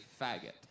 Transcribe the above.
faggot